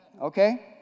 Okay